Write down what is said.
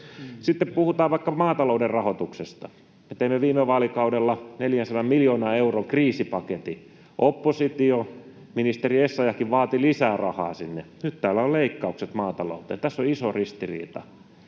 Sitten puhutaan vaikka maatalouden rahoituksesta. Me teimme viime vaalikaudella 400 miljoonan euron kriisipaketin. Oppositio, ministeri Essayahkin, vaati lisää rahaa sinne. Nyt täällä on leikkauksia maatalouteen. Tässä on iso ristiriita.